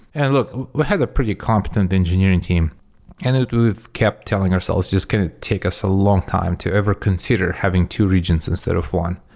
and look, we have a pretty competent engineering team and we've kept telling ourselves it's just going to take us a long time to ever consider having two regions instead of one.